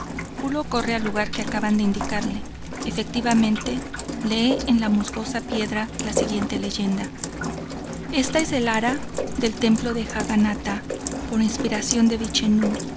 pulo corre al lugar que acaban de indicarle efectivamente lee en la musgosa piedra la siguiente leyenda esta es el ara del templo de jaganata por inspiración de vichenú